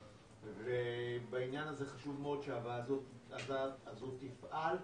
בעניין הזה חשוב מאוד שהוועדה הזאת תפעל,